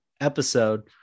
episode